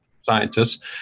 scientists